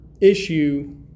issue